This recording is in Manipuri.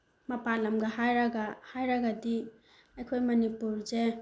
ꯃꯄꯥꯜ ꯂꯝꯒ ꯍꯥꯏꯔꯒꯗꯤ ꯑꯩꯈꯣꯏ ꯃꯅꯤꯄꯨꯔꯁꯦ